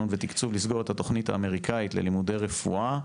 ולתקצוב לסגור את התוכנית האמריקאית ללימודי רפואה,